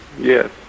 Yes